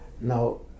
Now